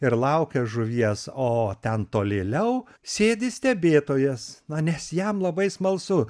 ir laukia žuvies o ten tolėliau sėdi stebėtojas na nes jam labai smalsu